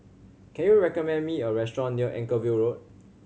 can you recommend me a restaurant near Anchorvale Road